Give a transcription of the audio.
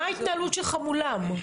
מה ההתנהלות שלך מולם?